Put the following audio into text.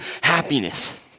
happiness